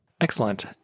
Excellent